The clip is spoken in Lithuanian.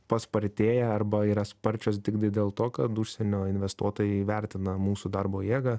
paspartėja arba yra sparčios tiktai dėl to kad užsienio investuotojai vertina mūsų darbo jėgą